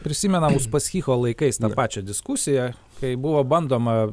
prisimenam uspaskicho laikais tą pačią diskusiją kai buvo bandoma